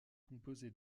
composé